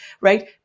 right